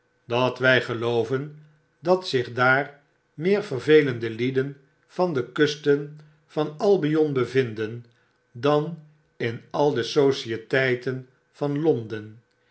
dat wij gelooven dat zich daar meer verveiende lieden van de kusten van albion bevinden dan in al de societeiten van londen